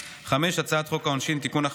5. הצעת חוק העונשין (תיקון,